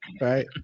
Right